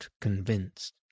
convinced